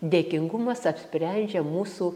dėkingumas apsprendžia mūsų